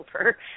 over